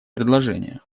предложение